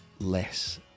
less